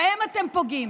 בהם אתם פוגעים.